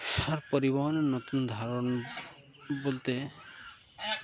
আর পরিবহনের নতুন ধারণ বলতে